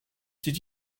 did